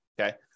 Okay